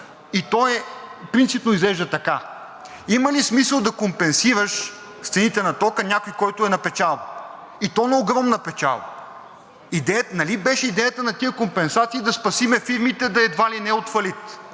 и той принципно изглежда така. Има ли смисъл да компенсираш с цените на тока някой, който е на печалба, и то на огромна печалба? Нали беше идеята на тези компенсации да спасим фирмите едва ли не от фалит?